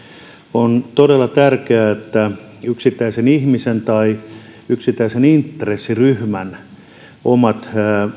on todella tärkeää että yksittäisen ihmisen tai yksittäisen intressiryhmän omat